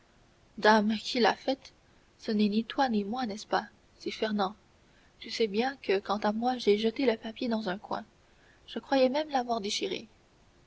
dame qui l'a faite ce n'est ni toi ni moi n'est-ce pas c'est fernand tu sais bien que quant à moi j'ai jeté le papier dans un coin je croyais même l'avoir déchiré